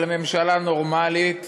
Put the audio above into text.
אבל ממשלה נורמלית